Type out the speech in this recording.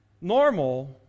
Normal